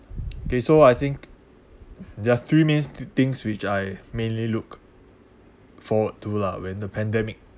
okay so I think there are three main things which I mainly look forward to lah when the pandemic